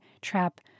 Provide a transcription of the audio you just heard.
trap